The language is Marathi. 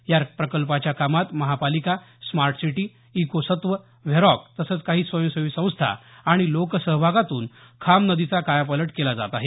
या प्रकल्पाच्या कामात महानगरपालिका smart city eco Satva Varroc तसंच काही स्वयंसेवी संस्था आणि लोकसहभागातून खाम नदीचा कायापालट केला जात आहे